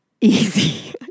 easy